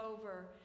over